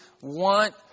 want